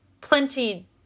plenty